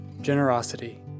Generosity